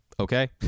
okay